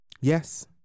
Yes